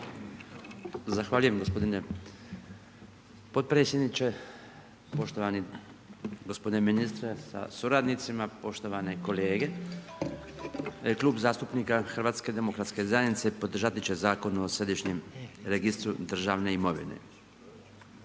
Zahvaljujem gospodine potpredsjedniče. Poštovani gospodine ministre sa suradnicima, poštovane kolege. Klub zastupnika HDZ-a podržati će Zakon o središnjem registru državne imovine.